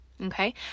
Okay